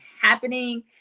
happening